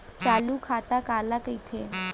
चालू खाता काला कहिथे?